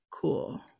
Cool